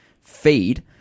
feed